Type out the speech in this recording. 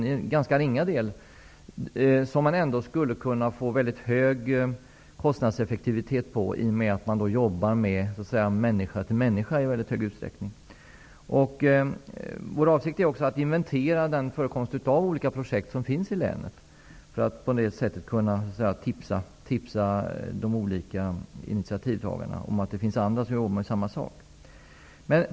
Med en ganska ringa del av biståndsbudgeten skulle man ändå kunna få ganska hög kostnadseffektivitet genom att det i väldigt stor utsträckning är fråga om ett utbyte människa till människa. Vår avsikt är också att inventera förekomsten av olika projekt i länet, för att på så sätt kunna tipsa de olika initiativtagarna om att det finns andra som jobbar med samma sak.